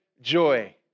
joy